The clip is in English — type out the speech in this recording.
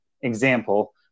example